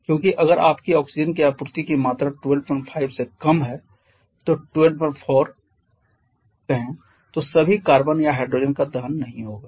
क्योंकि अगर आपकी ऑक्सीजन की आपूर्ति की मात्रा 125 से कम है तो 124 कहें तो सभी कार्बन या हाइड्रोजन का दहन नहीं होगा